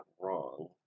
wrong